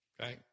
okay